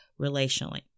relationally